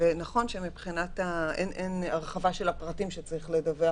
נכון שאין הרחבה של הפרטים שצריך לדווח.